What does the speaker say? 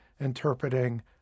interpreting